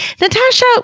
Natasha